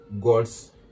God's